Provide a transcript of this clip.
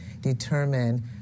determine